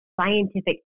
scientific